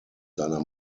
seiner